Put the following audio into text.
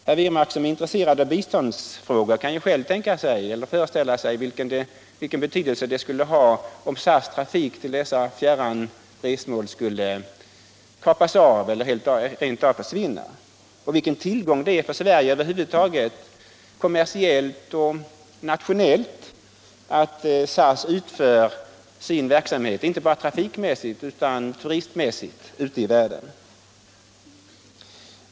Herr Wirmark, som är intresserad av biståndsfrågor, inser säkerligen vilka följder det skulle få om SAS trafik till olika fjärran resmål skulle skäras ned eller rent av försvinna och vilken tillgång det är för Sverige, kommersiellt och nationellt liksom också trafikmässigt och turistmässigt, att SAS utför sin verksamhet.